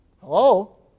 Hello